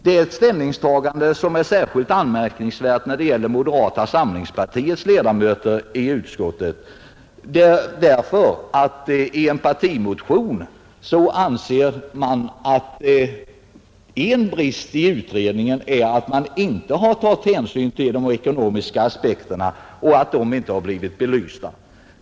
Det är ett ställningstagande som är särskilt anmärkningsvärt när det gäller moderata samlingspartiets ledamöter i utskottet, eftersom man i en partimotion uttalar att en brist i utredningen är att hänsyn inte tagits till de ekonomiska aspekterna och att dessa inte blivit belysta.